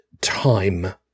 time